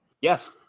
Yes